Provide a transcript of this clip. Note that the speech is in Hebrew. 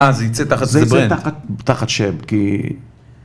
אה, זה יצא תחת שברנדט. זה יצא תחת שב, כי...